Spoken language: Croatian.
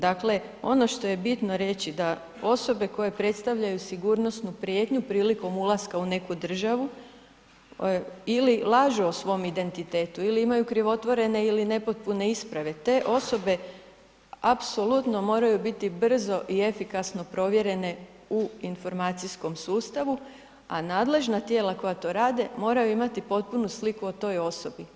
Dakle, ono što je bitno reći da osobe koje predstavljaju sigurnosnu prijetnju prilikom ulaska u neku državu ili lažu o svom identitetu ili imaju krivotvorene ili nepotpune isprave, te osobe apsolutno moraju biti brzo i efikasno provjerene u informacijskom sustavu, a nadležna tijela koja to rade moraju imati potpunu sliku o toj osobi.